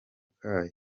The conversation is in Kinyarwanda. kayo